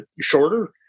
shorter